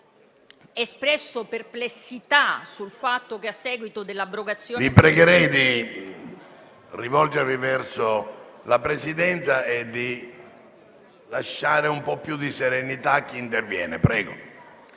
Vi pregherei di rivolgervi verso la Presidenza e di lasciare un po' più di serenità a chi interviene. Prego,